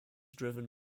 driven